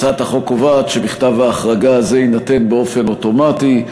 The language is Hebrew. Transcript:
הצעת החוק קובעת שמכתב ההחרגה הזה יינתן באופן אוטומטי,